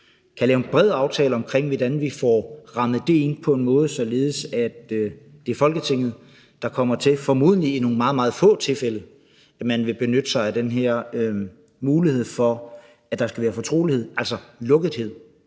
kan lave en bred aftale omkring, hvordan vi får rammet det ind på en måde, således at det er Folketinget, der kommer til det. Det er formodentlig i nogle meget, meget få tilfælde, at man vil benytte sig af den her mulighed for, at der skal være fortrolighed, altså lukkethed.